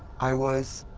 i was.